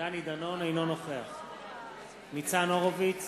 אינו נוכח ניצן הורוביץ,